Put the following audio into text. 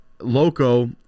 Loco